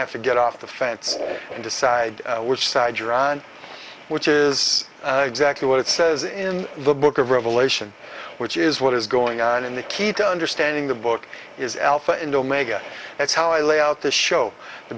have to get off the fence and decide which side you're on which is exactly what it says in the book of revelation which is what is going on in the key to understanding the book is alpha and omega that's how i lay out the show the